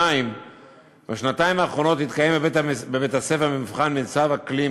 2. בשנתיים האחרונות התקיים בבית-הספר מבחן מיצ"ב-אקלים,